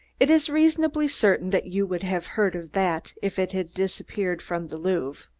it is reasonably certain that you would have heard of that if it had disappeared from the louvre.